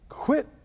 Quit